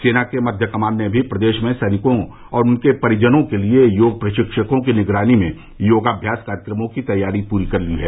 सेना के मध्य कमान ने भी प्रदेश में सैनिकों और उनके परिजनों के लिए योग प्रशिक्षकों की निगरानी में योगाभ्यास कार्यक्रमों की तैयारियां पूरी कर ली हैं